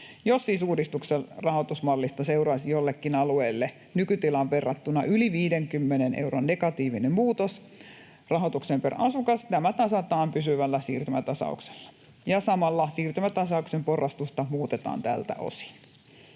Jos siis uudistuksen rahoitusmallista seuraisi jollekin alueelle nykytilaan verrattuna yli 50 euron negatiivinen muutos rahoitukseen per asukas, tämä tasataan pysyvällä siirtymätasauksella ja samalla siirtymätasauksen porrastusta muutetaan tältä osin.